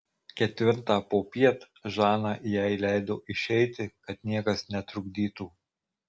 ketvirtą popiet žana jai leido išeiti kad niekas netrukdytų